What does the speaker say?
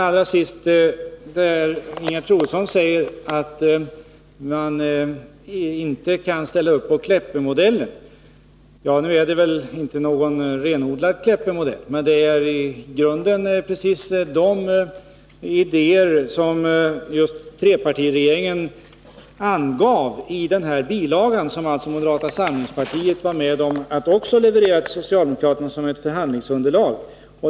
Allra sist: Ingegerd Troedsson säger att man inte kan ställa upp bakom Kleppemodellen. Ja, nu är väl det här inte någon renodlad Kleppemodell, men den innehåller i grunden precis de idéer som trepartiregeringen angav i den bilaga som också moderata samlingspartiet var med om att leverera till socialdemokraterna som ett förhandlingsunderlag.